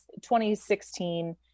2016